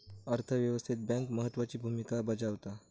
अर्थ व्यवस्थेत बँक महत्त्वाची भूमिका बजावता